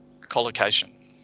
collocation